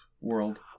world